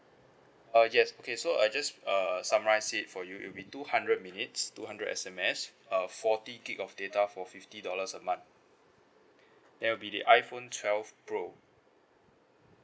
uh yes okay so I just uh summarise it for you it'll be two hundred minutes two hundred S_M_S uh forty gig of data for fifty dollars a month that will be the iphone twelve pro